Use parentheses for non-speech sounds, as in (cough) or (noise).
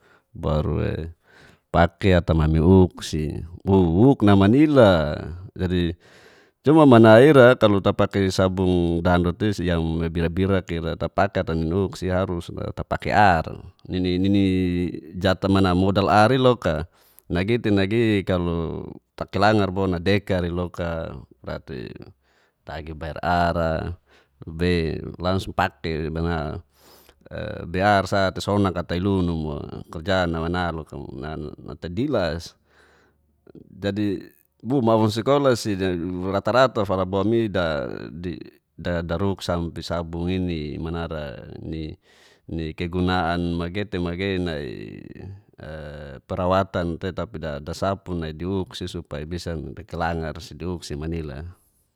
Barue paki ata mami uk si woo uk namanil dadi cuma mana ira kalo tapaki saabung danggutisi yang me bira birak ira tapaki ana nini uksi harus tapaki ar (hesitation) nini jata mana bodal ar iloka nagi te nagi kalo takilangr bo nadekari loka berarti tgi bair ara bei langsung paki (hesitation) bei ar sati sonak ata ilu numu kurja nama na loka natadilas dadi buh mafun sikola si rata rata falabon'i (hesitation) druk sampi sabungi ni manara (hesitation) ni kegunaan megete magei nai (hesitation) nai perawatan te tapi dasapu nai di uksi supai bisa dakilangar di ukusi manila.